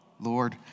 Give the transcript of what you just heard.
Lord